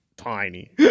Tiny